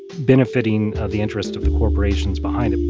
benefiting the interest of the corporations behind and